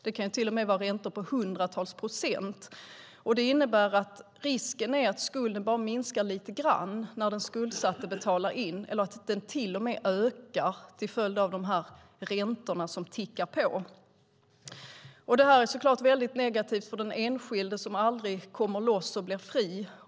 Det kan till och med vara räntor på hundratals procent, och det innebär att risken är att skulden bara minskar lite grann när den skuldsatte betalar in, eller att den till och med ökar till följd av de räntor som tickar på. Detta är naturligtvis väldigt negativt för den enskilde som aldrig kommer loss och bli fri.